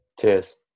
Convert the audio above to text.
cheers